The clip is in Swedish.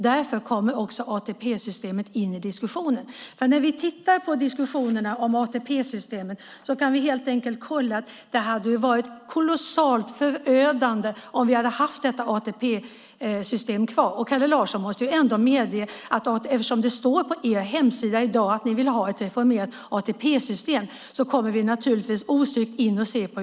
Därför kommer också ATP-systemet in i diskussionen. Det är lätt att konstatera att det skulle ha varit kolossalt förödande om vi hade haft detta ATP-system kvar. Kalle Larsson måste ändå medge att när ni skriver som ni gör på er hemsida måste vi se på hur ATP-systemet fungerade - vilket det inte gjorde.